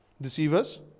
Deceivers